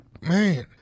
man